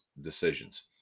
decisions